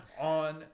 on